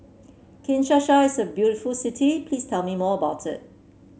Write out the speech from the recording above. Kinshasa is a very beautiful city please tell me more about it